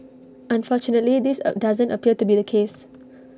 unfortunately this doesn't appear to be the case